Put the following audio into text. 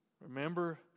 Remember